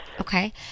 Okay